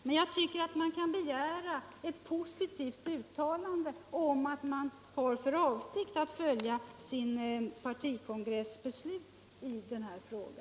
Men jag tycker att man kan begära ett positivt uttalande om att avsikten är att följa den egna partikongressens beslut i denna fråga.